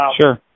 Sure